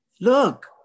Look